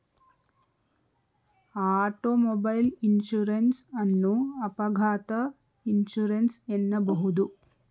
automobile insurance ಅನ್ನು ಅಪಘಾತ insurance ಎನ್ನಬಹುದು